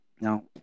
Now